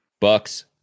Bucks